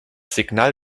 signal